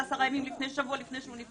זה עשרה ימים לפני שהוא נפטר.